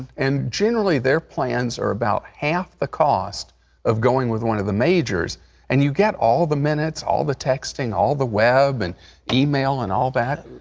and generally their plans are about half the cost of going with one of the majors and you get all the minutes, all the texting, all the web, and e-mail and all that.